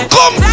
Come